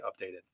updated